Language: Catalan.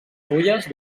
fulles